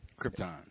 Krypton